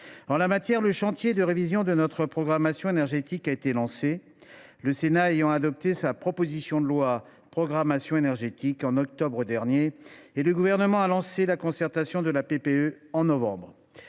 quinquennale. Le chantier de la révision de notre programmation énergétique a été lancé : le Sénat a adopté sa proposition de loi portant programmation énergétique en octobre 2024 et le Gouvernement a engagé la concertation sur la PPE en novembre